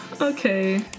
okay